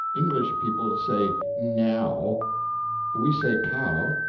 english people say nao we say cow,